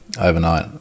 overnight